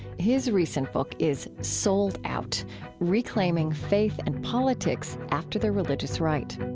his recent book is sold out reclaiming faith and politics after the religious right